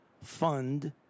fund